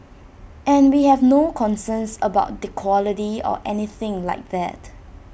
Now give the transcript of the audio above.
and we have no concerns about the quality or anything like that